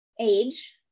age